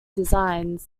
designs